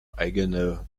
eigene